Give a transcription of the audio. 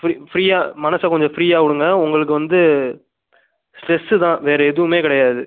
free ஃப்ரீயாக மனசை கொஞ்சம் ப்ரீயாக விடுங்க உங்களுக்கு வந்து ஸ்ட்ரெஸு தான் வேறு எதுவுமே கிடையாது